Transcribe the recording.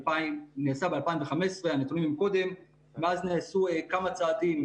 נעשה ב-2015, כאשר מאז נעשו כמה צעדים,